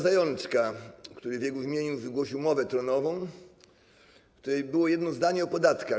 Zajączka, który w jego imieniu wygłosił mowę tronową, w której było jedno zdanie o podatkach.